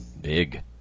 Big